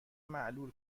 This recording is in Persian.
معلول